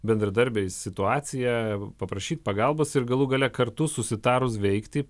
bendradarbiais situaciją paprašyt pagalbos ir galų gale kartu susitarus veikti